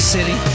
City